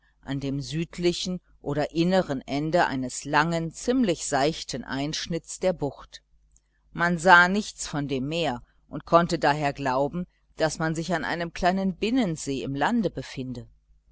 an dem südlichen oder inneren ende eines langen ziemlich seichten einschnitts der bucht man sah nichts von dem meer und konnte daher glauben daß man sich an einem kleinen binnensee im lande befinde